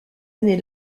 année